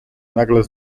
nagle